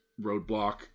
Roadblock